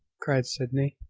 cried sydney.